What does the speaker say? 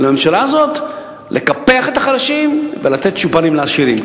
לממשלה הזאת לקפח את החלשים ולתת צ'ופרים לעשירים,